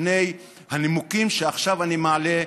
בפני הנימוקים שעכשיו אני מעלה,